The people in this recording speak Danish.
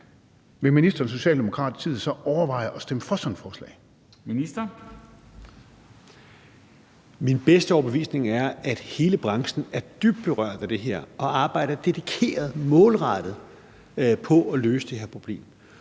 Ministeren for fødevarer, landbrug og fiskeri (Rasmus Prehn): Min bedste overbevisning er, at hele branchen er dybt berørt af det her og arbejder dedikeret, målrettet på at løse det her problem.